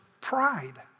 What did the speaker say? pride